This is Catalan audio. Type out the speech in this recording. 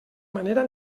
manera